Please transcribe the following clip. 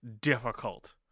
difficult